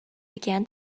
began